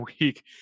week